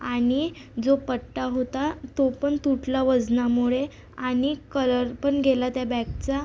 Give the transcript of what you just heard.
आणि जो पट्टा होता तो पण तुटला वजनामुळे आणि कलर पण गेला त्या बॅगचा